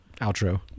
outro